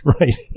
right